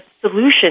solution